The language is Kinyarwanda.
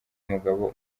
umugabo